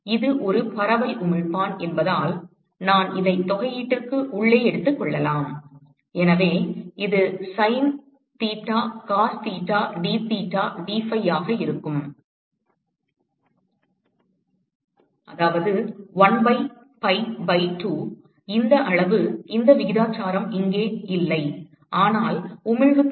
இது ஒரு பரவல் உமிழ்ப்பான் என்பதால் நான் இதை தொகையீட்டிற்கு உள்ளே எடுத்துக் கொள்ளலாம் எனவே இது sin theta cos theta dtheta dphi ஆக இருக்கும் அதாவது 1 பை pi பை 2 இந்த அளவு இந்த விகிதாச்சாரம் இங்கே இல்லை ஆனால் உமிழ்வுத்தன்மை